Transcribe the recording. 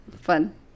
Fun